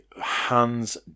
hands